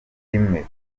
rimwe